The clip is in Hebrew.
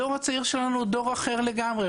הדור הצעיר שלנו הוא דור אחר לגמרי.